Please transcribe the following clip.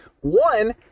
one